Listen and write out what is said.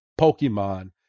Pokemon